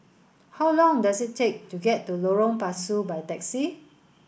how long does it take to get to Lorong Pasu by taxi